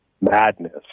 madness